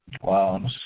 Wow